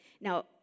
Now